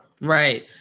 right